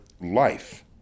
life